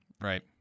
right